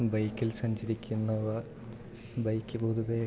ബൈക്കിൽ സഞ്ചരിക്കുന്നവർ ബൈക്ക് പൊതുവേ